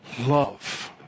Love